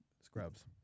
scrubs